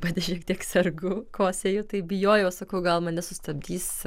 pati šiek tiek sergu kosėju tai bijojau sakau gal mane sustabdys